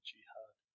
Jihad